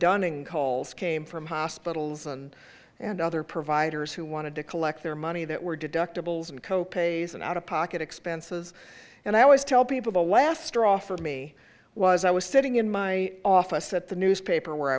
dunning calls came from hospitals and and other providers who wanted to collect their money that were deductibles and co pays and out of pocket expenses and i always tell people the last straw for me was i was sitting in my office at the newspaper where